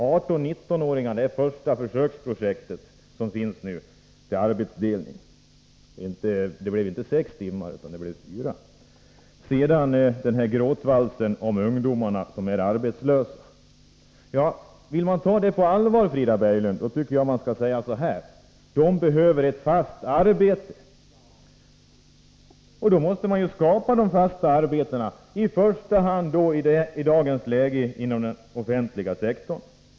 18-19-åringarna är det första försöksprojektet vad gäller arbetsdelning, men det blev inte sex timmar utan fyra. Vi fick höra en gråtvals om de ungdomar som är arbetslösa. Vill man ta deras situation på allvar, Frida Berglund, tycker jag att man skall säga så här: Ungdomarna behöver ett fast arbete. Då måste man skapa dessa fasta arbeten. I dagens läge blir det i första hand inom den offentliga sektorn.